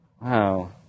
Wow